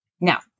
Now